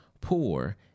poor